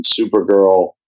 Supergirl